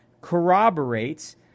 corroborates